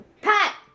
Pat